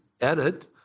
edit